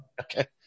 Okay